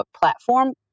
platform